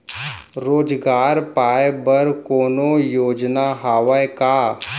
रोजगार पाए बर कोनो योजना हवय का?